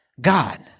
God